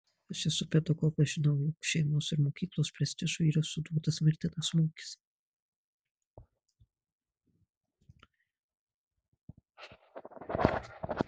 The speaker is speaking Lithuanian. aš esu pedagogas žinau jog šeimos ir mokyklos prestižui yra suduotas mirtinas smūgis